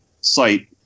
site